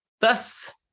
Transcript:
Thus